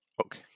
Okay